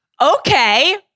okay